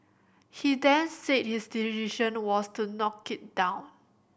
he then said his decision was to knock it down